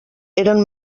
eren